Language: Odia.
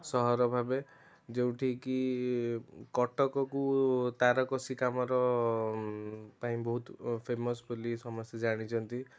ସହର ଭାବେ ଯେଉଁଟି କି କଟକ କୁ ତାରକସି କାମ ର ପାଇଁ ବହୁତ ଫେମସ ବୋଲି ସମସ୍ତେ ଜାଣିଛନ୍ତି